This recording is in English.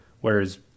whereas